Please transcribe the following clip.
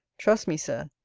trust me, sir,